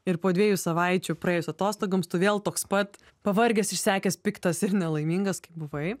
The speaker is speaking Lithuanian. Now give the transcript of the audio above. ir po dviejų savaičių praėjus atostogoms tu vėl toks pat pavargęs išsekęs piktas ir nelaimingas kaip buvai